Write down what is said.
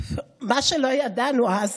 מה שלא ידענו אז